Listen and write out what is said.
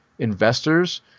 investors